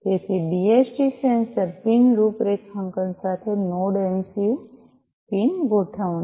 તેથી DHT sensor pin રૂપરેખાંકન સાથે નોડ એમસિયું પિન ગોઠવણી